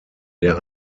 der